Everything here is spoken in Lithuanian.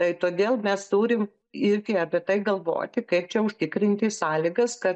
tai todėl mes turim irgi apie tai galvoti kaip čia užtikrinti sąlygas kad